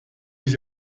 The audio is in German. ich